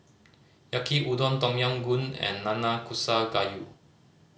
Yaki Udon Tom Yam Goong and Nanakusa Gayu